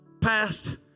past